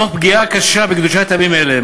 תוך פגיעה קשה בקדושת הימים האלה,